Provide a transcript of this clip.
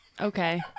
Okay